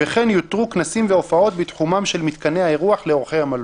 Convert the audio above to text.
"וכן יותרו כנסים והופעות בתחומם של מתקני האירוח לאורחי המלון".